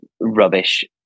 rubbish